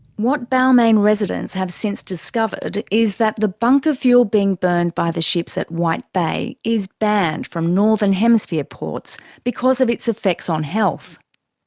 what balmain residents have since discovered is that the bunker fuel being burned by the ships at white bay is banned from northern hemisphere ports because of its effects on health.